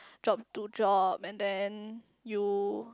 job to job and then you